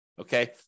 okay